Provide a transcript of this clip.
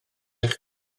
eich